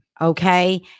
okay